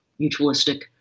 mutualistic